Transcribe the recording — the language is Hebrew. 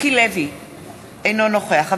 אינה נוכחת מיקי לוי,